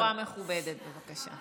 רק בצורה מכובדת, בבקשה.